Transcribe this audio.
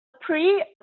pre